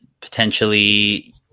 potentially